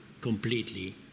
completely